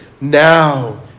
now